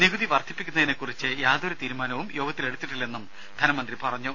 നികുതി വർധിപ്പിക്കുന്നതിനെക്കുറിച്ച് യാതൊരു തീരുമാനവും യോഗത്തിൽ എടുത്തിട്ടില്ലെന്നും ധനമന്ത്രി പറഞ്ഞു